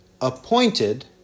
appointed